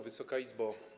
Wysoka Izbo!